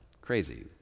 crazy